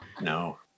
No